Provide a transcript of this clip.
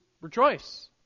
rejoice